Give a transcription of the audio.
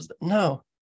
no